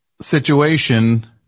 situation